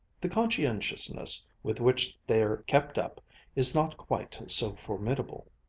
the conscientiousness with which they're kept up is not quite so formidable.